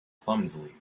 clumsily